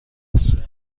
است